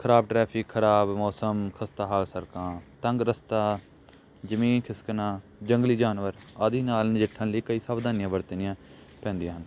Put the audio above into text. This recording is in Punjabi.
ਖਰਾਬ ਟਰੈਫਿਕ ਖਰਾਬ ਮੌਸਮ ਖਸਤਾ ਹਾਲ ਸੜਕਾਂ ਤੰਗ ਰਸਤਾ ਜ਼ਮੀਨ ਖਿਸਕਣਾ ਜੰਗਲੀ ਜਾਨਵਰ ਆਦਿ ਨਾਲ ਨਜਿੱਠਣ ਲਈ ਕਈ ਸਾਵਧਾਨੀਆਂ ਵਰਤਣੀਆਂ ਪੈਂਦੀਆਂ ਹਨ